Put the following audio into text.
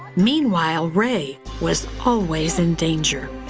meanwhile, ray was always in danger.